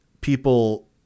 people